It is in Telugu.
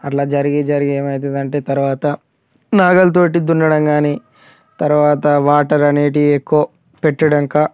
అట్లా జరిగి జరిగి ఏమైతుంది అంటే తర్వాత నాగలితో దున్నడం కానీ తర్వాత వాటర్ అనేవి ఎక్కువ పెట్టినాక